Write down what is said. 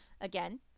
again